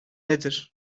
nedir